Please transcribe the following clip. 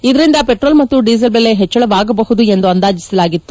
ಇದರಿಂದ ಪೆಟ್ರೋಲ್ ಮತ್ತು ಡೀಸೆಲ್ ಬೆಲೆ ಹೆಚ್ಚಳವಾಗಬಹುದು ಎಂದು ಅಂದಾಜಿಸಲಾಗಿತ್ತು